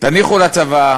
תניחו לצבא,